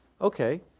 okay